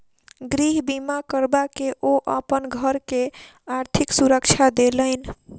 गृह बीमा करबा के ओ अपन घर के आर्थिक सुरक्षा देलैन